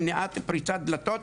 למניעת פריצת דלתות,